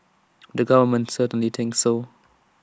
the government certainly thinks so